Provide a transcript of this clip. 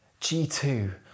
G2